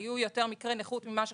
היו יותר מקרי נכות ממה שחשבו,